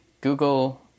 google